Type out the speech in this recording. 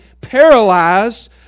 paralyzed